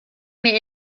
mehr